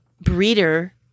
breeder